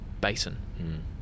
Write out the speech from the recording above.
basin